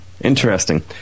interesting